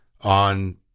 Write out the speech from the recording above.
on